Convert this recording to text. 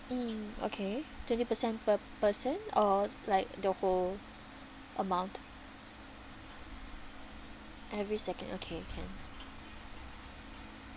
mm okay twenty percent per person or like the whole amount every second okay can